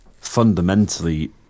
fundamentally